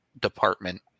department